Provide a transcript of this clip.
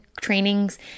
trainings